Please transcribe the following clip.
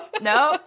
no